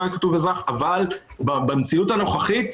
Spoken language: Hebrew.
היה כתוב אזרח אבל במציאות הנוכחית,